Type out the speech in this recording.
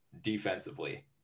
defensively